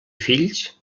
fills